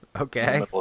okay